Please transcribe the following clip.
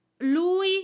Lui